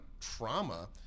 trauma